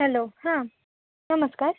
hello हां नमस्कार